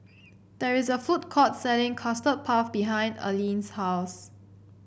there is a food court selling Custard Puff behind Aline's house